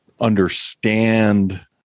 understand